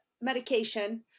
medication